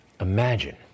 Imagine